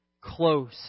close